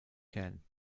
can